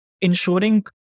ensuring